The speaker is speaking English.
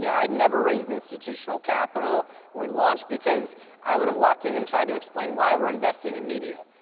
yeah i'd never raised institutional capital when we launched because i would've walked in and tried to explain why we're investing in media.